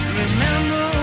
remember